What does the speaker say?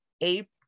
April